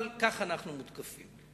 אבל כך אנחנו מותקפים.